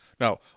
Now